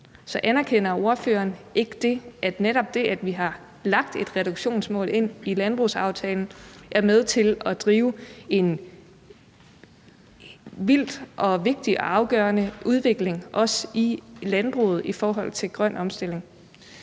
af. Anerkender ordføreren ikke, at netop det, at vi har lagt et reduktionsmål ind i landbrugsaftalen, er med til at drive en vildt vigtig og afgørende udvikling også i landbruget i forhold til grøn omstilling?